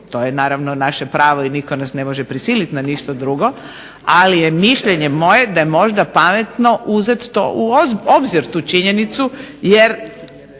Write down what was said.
To je naravno naše pravo i nitko nas ne može prisiliti na ništa drugo. Ali je mišljenje moje da je možda pametno uzet to u obzir tu činjenicu jer